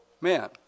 man